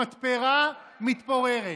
המתפרה מתפוררת.